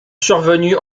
survenus